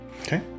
Okay